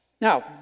Now